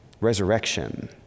resurrection